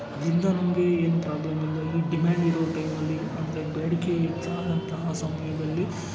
ಅದರಿಂದ ನಮಗೆ ಏನು ಪ್ರಾಬ್ಲಮ್ ಇಲ್ಲ ಈ ಡಿಮ್ಯಾಂಡ್ ಇರೋ ಟೈಮಲ್ಲಿ ಅಂದರೆ ಬೇಡಿಕೆ ಹೆಚ್ಚಾದಂತಹ ಸಮಯದಲ್ಲಿ